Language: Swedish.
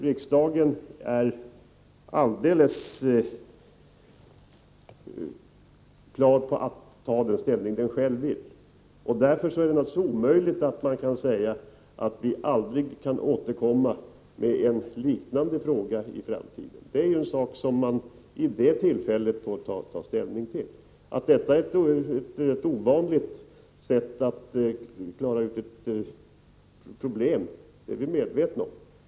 Riksdagen är helt fri att ta den ställning som den själv vill. Därför är det naturligtvis omöjligt att säga att vi aldrig återkommer med en liknande fråga i framtiden. Det är ju något som man vid det tillfället får ta ställning till. Att detta är ett ovanligt sätt att klara ut ett problem är vi medvetna om.